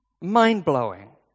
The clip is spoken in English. Mind-blowing